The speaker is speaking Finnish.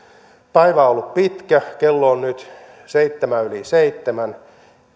päivä on ollut pitkä kello on nyt yhdeksäntoista piste nolla seitsemän